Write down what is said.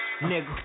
nigga